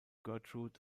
gertrude